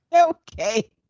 okay